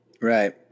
Right